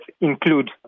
include